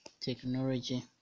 technology